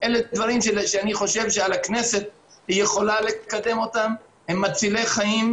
אני באופן אישי מחויבת לקדם את החקיקה